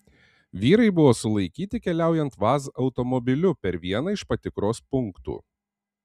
vyrai buvo sulaikyti keliaujant vaz automobiliu per vieną iš patikros punktų